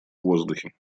воздухе